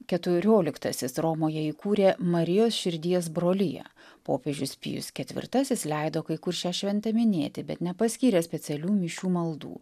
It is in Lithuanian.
keturioliktasis romoje įkūrė marijos širdies broliją popiežius pijus ketvirtasis leido kai kur šią šventę minėti bet nepaskyrė specialių mišių maldų